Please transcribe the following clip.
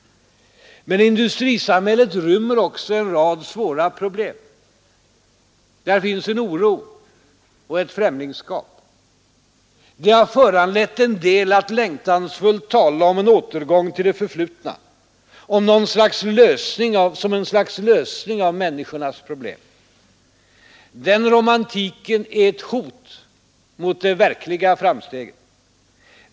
Men industrisamhället rymmer också en rad svåra problem. Det finns en oro och ett främlingskap i industrisamhället. Det har föranlett en del att längtansfullt tala om en återgång till det förflutna som något slags lösning av människornas problem. Den romantiken är ett hot mot det verkliga framsteget.